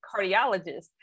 cardiologist